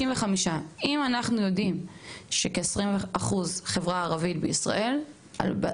55. אם אנחנו יודעים שכ-20% מהחברה בישראל הם ערבים,